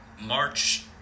March